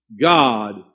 God